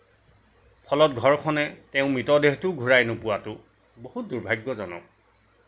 ফলত ঘৰখনে তেওঁৰ মৃতদেহটোও ঘূৰাই নোপোৱাতো বহুত দুৰ্ভাগ্যজনক